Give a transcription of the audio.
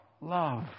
love